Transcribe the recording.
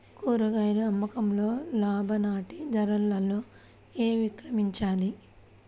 కూరగాయాల అమ్మకంలో లాభసాటి ధరలలో ఎలా విక్రయించాలి?